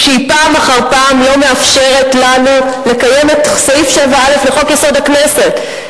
כשהיא פעם אחר פעם לא מאפשרת לנו לקיים את סעיף 7א לחוק-יסוד: הכנסת,